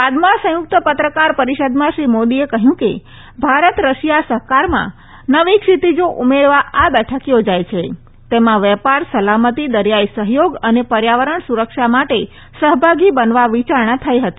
બાદમાં સંયુક્ત પત્રકાર પરિષદમાં શ્રી મોદીએ કહ્યું કે ભારત રશ્રિયા સહકારમાં નવી ક્ષીતીજા ઉમેરવા આ બેઠક યોજાઈ છે તેમાં વેપાર સલામતિ દરિયાઈ સહયોગ અને પર્યાવરણ સુરક્ષા માટે સહભાગી બનવા વિયારણા થઈ હતી